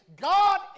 God